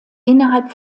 innerhalb